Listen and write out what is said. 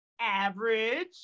average